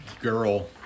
girl